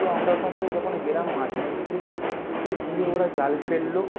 তো আমরা ওখান থেকে যখন গেলাম মাঝ নদীতে তো গিয়ে ওরা জাল ফেললো